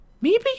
Maybe